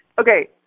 okay